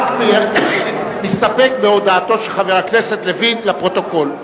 רק מסתפק בהודעתו של חבר הכנסת לוין לפרוטוקול.